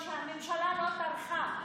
קודם כול, שהממשלה לא טרחה.